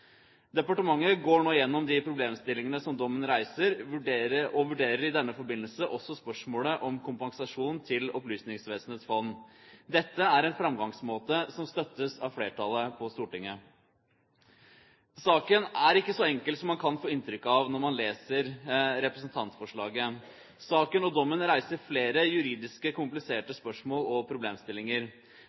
Departementet går nå gjennom de problemstillingene som dommen reiser, og vurderer i denne forbindelse også spørsmålet om kompensasjon til Opplysningsvesenets fond. Dette er en framgangsmåte som støttes av flertallet på Stortinget. Saken er ikke så enkel som man kan få inntrykk av når man leser representantforslaget. Saken og dommen reiser flere juridisk kompliserte spørsmål og problemstillinger.